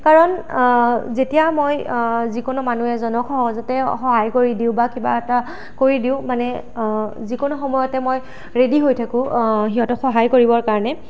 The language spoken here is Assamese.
কাৰণ যেতিয়া মই যিকোনো মানুহ এজনক সহজতে সহায় কৰি দিওঁ বা কিবা এটা কৰি দিওঁ মানে যিকোনো সময়তে মই ৰেডি থাকোঁ সিহঁতক সহায় কৰিবৰ কাৰণে